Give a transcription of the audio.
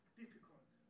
difficult